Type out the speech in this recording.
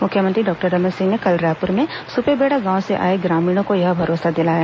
मुख्यमंत्री डॉक्टर रमन सिंह ने कल रायपुर में सुपेबेड़ा गांव से आए ग्रामीणों को यह भरोसा दिलाया